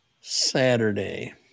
saturday